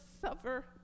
suffer